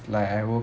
like I will